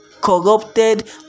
corrupted